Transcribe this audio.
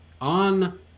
on